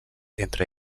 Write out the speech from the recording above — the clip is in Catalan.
entre